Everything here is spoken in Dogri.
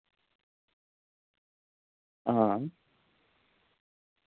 हां